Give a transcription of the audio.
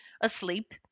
asleep